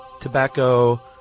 tobacco